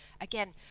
again